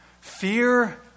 fear